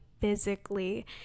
physically